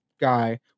guy